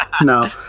No